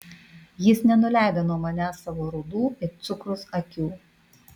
jis nenuleido nuo manęs savo rudų it cukrus akių